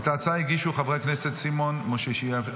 את ההצעה הגישו חברי הכנסת סימון מושיאשוילי,